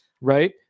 right